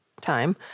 time